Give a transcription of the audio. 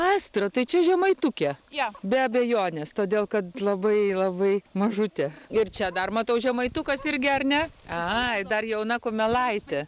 astra tai čia žemaitukė be abejonės todėl kad labai labai mažutė ir čia dar matau žemaitukas irgi ar ne ai dar jauna kumelaitė